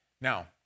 Now